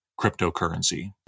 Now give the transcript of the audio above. cryptocurrency